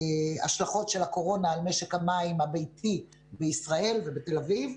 השלכות של הקורונה על משק המים הביתי בישראל ובתל אביב.